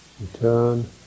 return